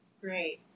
Great